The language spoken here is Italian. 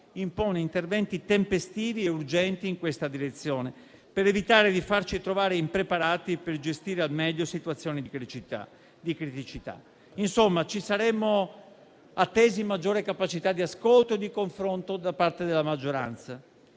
impone interventi tempestivi e urgenti in questa direzione, per evitare di farci trovare impreparati a gestire al meglio situazioni di criticità. Insomma, ci saremmo attesi maggiori capacità di ascolto e di confronto da parte della maggioranza.